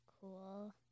cool